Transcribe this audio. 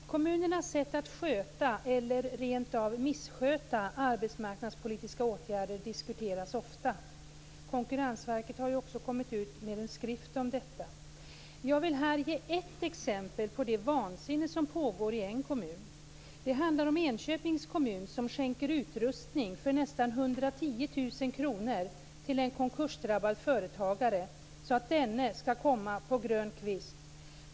Fru talman! Jag har en fråga till arbetsmarknadsministern. Kommunernas sätt att sköta, eller rent av missköta, arbetsmarknadspolitiska åtgärder diskuteras ofta. Konkurrensverket har ju också kommit ut med en skrift om detta. Jag vill här ge ett exempel på det vansinne som pågår i en kommun. Det handlar om Enköpings kommun som skänker utrustning för nästan 110 000 kr till en konkursdrabbad företagare så att denne skall komma på grön kvist.